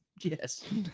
Yes